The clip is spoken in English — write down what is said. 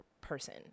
person